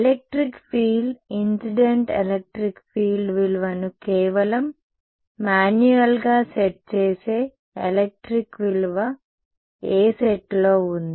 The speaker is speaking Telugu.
electric field incident electric field విలువను కేవలం మాన్యువల్గా సెట్ చేసే ఎలక్ట్రిక్ విలువ ఏ సెట్లో ఉంది